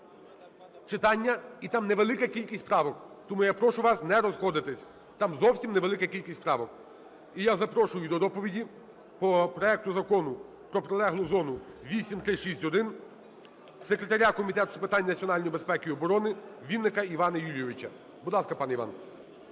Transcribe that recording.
читання, і там невелика кількість правок. Тому я прошу вас не розходитись, там зовсім невелика кількість правок. І я запрошую до доповіді по проекту Закону про прилеглу зону (8361) секретаря Комітету з питань національної безпеки і оборони Вінника Івана Юлійовича. Будь ласка, пане Іван.